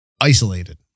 isolated